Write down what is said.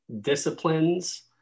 disciplines